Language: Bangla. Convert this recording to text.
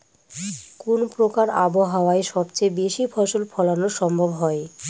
কোন প্রকার আবহাওয়ায় সবচেয়ে বেশি ফসল ফলানো সম্ভব হয়?